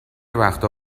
وقتا